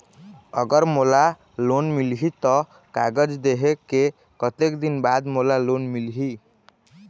अगर मोला लोन मिलही त कागज देहे के कतेक दिन बाद मोला लोन मिलही?